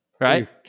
right